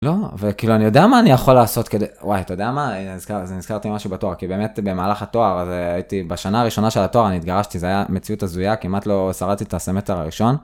לא, וכאילו, אני יודע מה אני יכול לעשות כדי... וואי, אתה יודע מה? נזכרתי משהו בתואר, כי באמת במהלך התואר, אז הייתי... בשנה הראשונה של התואר אני התגרשתי, זה היה מציאות הזויה, כמעט לא שרדתי את הסמסטר הראשון.